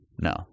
no